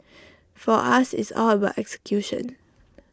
for us it's all about execution